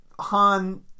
Han